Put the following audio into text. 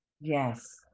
Yes